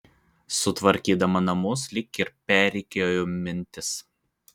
sutvarkydama namus lyg ir perrikiuoju mintis